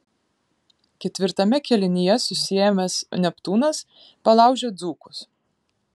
ketvirtame kėlinyje susiėmęs neptūnas palaužė dzūkus